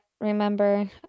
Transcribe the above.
remember